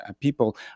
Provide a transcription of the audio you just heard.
people